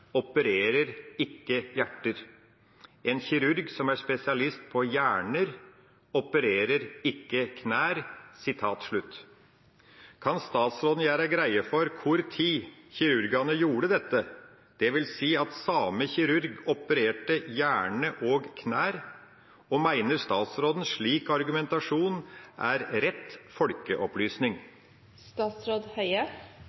opererer ikke hjerter. En kirurg som er spesialist på hjerner, opererer ikke knær.» Kan statsråden gjera greie for kva tid kirurgane gjorde dette, det vil seie at same kirurg opererte hjerne og kne, og meiner statsråden slik argumentasjon er rett